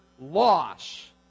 loss